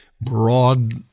broad